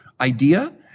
idea